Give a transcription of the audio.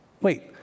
Wait